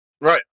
right